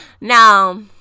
Now